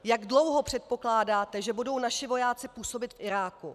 Jak dlouho předpokládáte, že budou naši vojáci působit v Iráku?